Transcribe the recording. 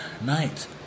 night